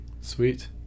Sweet